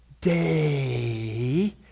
day